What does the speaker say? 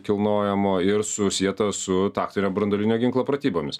kilnojamo ir susieta su taktinio branduolinio ginklo pratybomis